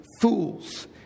fools